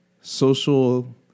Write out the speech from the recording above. social